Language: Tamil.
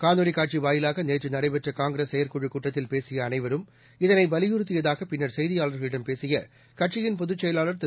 காணொலிக் காட்சி வாயிலாக நேற்று நடைபெற்ற காங்கிரஸ் செயற்குழுக் கூட்டத்தில் பேசிய அளைவரும் இதனை வலியுறுத்தியதாக பின்னர் செய்தியாளர்களிடம் பேசிய கட்சியின் பொதுச் செயலாளர் திரு